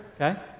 Okay